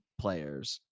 players